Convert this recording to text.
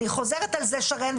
אני חוזרת על זה שרן,